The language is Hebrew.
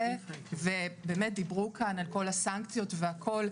דיברו כאן על כל הסנקציות והכול,